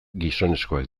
gizonezkoak